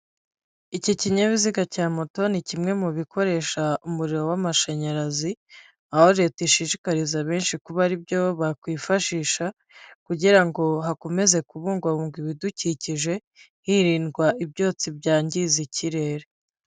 Iki kinyabiziga cya moto ni kimwe mu bikoresha umuriro w'amashanyarazi, aho leta ishishikariza benshi kuba ari byo bakwifashisha, kugira ngo hakomeze kubungwabungwa ibidukikije, hirindwa ibyotsi byangiza ikirere.